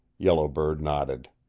yellow bird nodded.